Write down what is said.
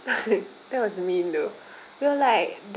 that was mean though we're like gi~